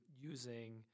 using